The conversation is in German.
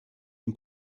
dem